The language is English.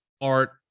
art